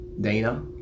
Dana